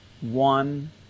one